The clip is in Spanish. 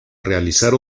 realizar